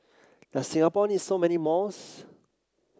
does Singapore need so many malls